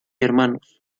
hnos